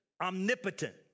omnipotent